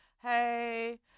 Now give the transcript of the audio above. hey